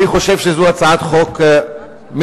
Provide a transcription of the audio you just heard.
אני חושב שזאת הצעת חוק מתבקשת,